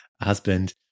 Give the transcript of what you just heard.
husband